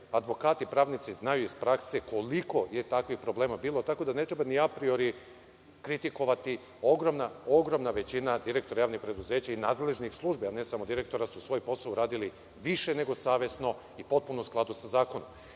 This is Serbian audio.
Advokati, pravnici, znaju iz prakse koliko je takvih problema bilo tako da ne treba ni apriori kritikovati jer je ogromna većina direktora javnih preduzeća i nadležnih službi, a ne samo direktora su svoj posao uradili više nego savesno i potpuno u skladu sa